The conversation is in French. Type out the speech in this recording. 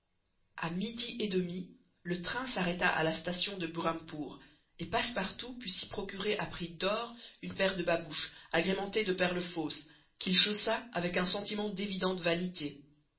a midi et demi le train s'arrêta à la station de burhampour et passepartout put s'y procurer à prix d'or une paire de babouches agrémentées de perles fausses qu'il chaussa avec un sentiment d'évidente vanité